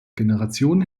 generationen